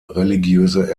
religiöse